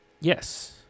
Yes